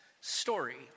story